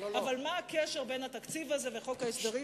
אבל מה הקשר בין התקציב הזה וחוק ההסדרים